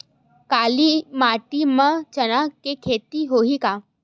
काली माटी म चना के खेती होही का?